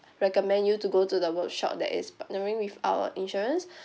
recommend you to go to the workshop that is partnering with our insurance